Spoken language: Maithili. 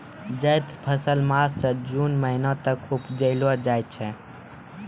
जैद फसल मार्च सें जून महीना तक उपजैलो जाय छै